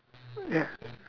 ya